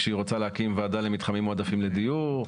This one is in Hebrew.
כשהיא רוצה להקים ועדה למתחמים מועדפים לדיור,